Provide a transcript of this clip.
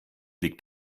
liegt